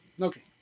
Okay